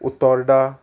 Utorda